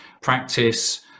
practice